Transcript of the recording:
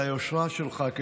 על היושרה שלך,